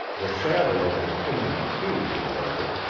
the shadow of the pendent queue, however,